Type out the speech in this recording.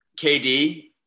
KD